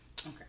Okay